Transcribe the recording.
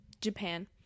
japan